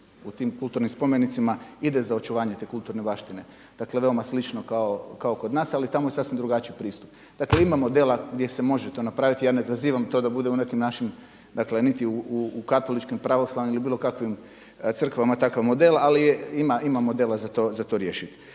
u ti kulturnim spomenicima ide za očuvanje te kulturne baštine. Dakle veoma slično kao kod nas ali tamo je sasvim drugačiji pristup. Dakle ima modela gdje se može napraviti i ja ne zazivam to da bude u nekim našim, dakle niti u katoličkim, pravoslavnim ili bilo kakvim crkvama takav model ali je, ima modela za to riješiti.